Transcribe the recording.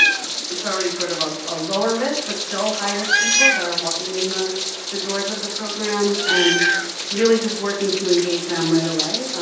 it's all ready sort of a ah lower risk, but still high risk people that are walking in the the doors of the programs, and really just working to engage them right away,